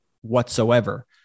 whatsoever